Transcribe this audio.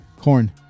Corn